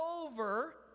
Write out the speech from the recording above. over